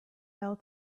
fell